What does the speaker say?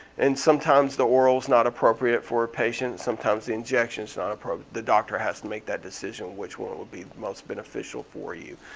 and sometimes the oral's not appropriate for patients, sometimes the injection's not appropriate. the doctor has to make that decision which one would be the most beneficial for you.